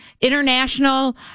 international